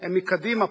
מקדימה.